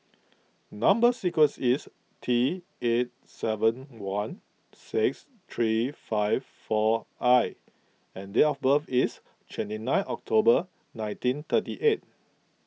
Number Sequence is T eight seven one six three five four I and date of birth is twenty nine October nineteen thirty eight